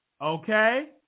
Okay